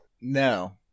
No